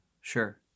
Sure